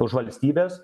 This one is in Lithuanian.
už valstybės